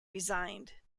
resigned